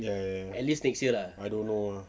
ya ya ya I don't know ah